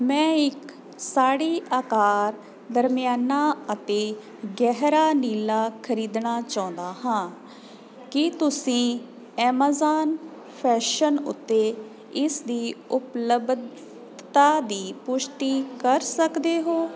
ਮੈਂ ਇੱਕ ਸਾੜੀ ਆਕਾਰ ਦਰਮਿਆਨਾ ਅਤੇ ਗਹਿਰਾ ਨੀਲਾ ਖਰੀਦਣਾ ਚਾਹੁੰਦਾ ਹਾਂ ਕੀ ਤੁਸੀਂ ਐਮਾਜ਼ਾਨ ਫੈਸ਼ਨ ਉੱਤੇ ਇਸ ਦੀ ਉਪਲੱਬਧਤਾ ਦੀ ਪੁਸ਼ਟੀ ਕਰ ਸਕਦੇ ਹੋ